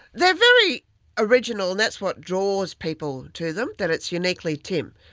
they are very original, and that's what draws people to them, that it's uniquely tim.